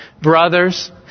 brothers